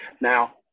Now